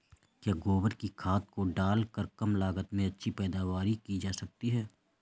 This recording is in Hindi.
क्या गोबर की खाद को डालकर कम लागत में अच्छी पैदावारी की जा सकती है?